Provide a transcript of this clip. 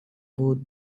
wurde